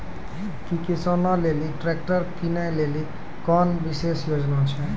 कि किसानो लेली ट्रैक्टर किनै लेली कोनो विशेष योजना छै?